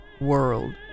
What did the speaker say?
world